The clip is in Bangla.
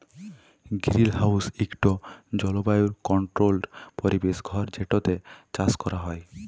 গিরিলহাউস ইকট জলবায়ু কলট্রোল্ড পরিবেশ ঘর যেটতে চাষ ক্যরা হ্যয়